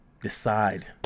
decide